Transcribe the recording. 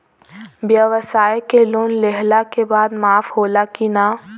ब्यवसाय के लोन लेहला के बाद माफ़ होला की ना?